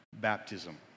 baptism